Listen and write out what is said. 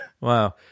wow